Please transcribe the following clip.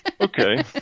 Okay